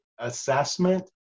assessment